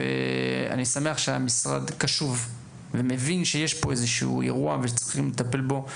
אני שמח שהמשרד קשוב ומבין שיש פה איזשהו אירוע וצריכים לטפל בו,